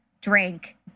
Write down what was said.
drink